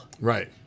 Right